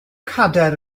cadair